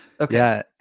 Okay